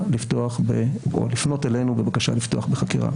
לפתוח או לפנות אלינו בבקשה לפתוח בחקירה.